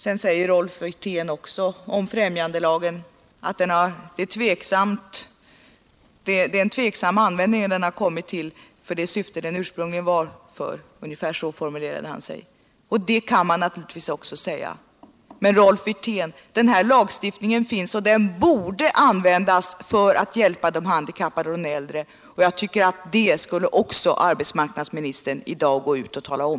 Sedan säger Rolf Wirtén att det är tveksamt om främjandelagen verkligen kommit till den användning som den ursprungligen var avsedd för — ungefär så formulerade han sig. Det kan man naturligtvis också säga. Men, Rolf Wirtén, den här lagstiftningen finns, och den borde användas för att hjälpa de handikappade och de äldre. Det tycker jag också att arbetsmarknadsministern i dag borde gå ut och tala om.